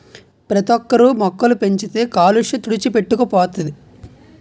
ప్రతోక్కరు మొక్కలు పెంచితే కాలుష్య తుడిచిపెట్టుకు పోతది